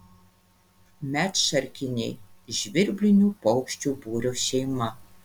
medšarkiniai žvirblinių paukščių būrio šeima